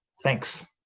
thanks.